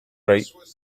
right